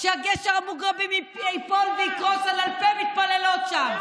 שגשר המוגרבים ייפול ויקרוס על אלפי מתפללות שם.